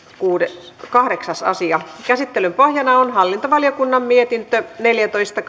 kahdeksas asia käsittelyn pohjana on hallintovaliokunnan mietintö neljätoista